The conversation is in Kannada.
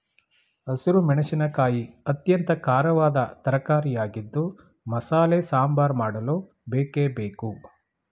ಹಸಿರು ಮೆಣಸಿನಕಾಯಿ ಅತ್ಯಂತ ಖಾರವಾದ ತರಕಾರಿಯಾಗಿದ್ದು ಮಸಾಲೆ ಸಾಂಬಾರ್ ಮಾಡಲು ಬೇಕೇ ಬೇಕು